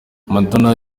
madonna